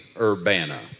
Urbana